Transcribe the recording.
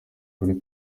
kuri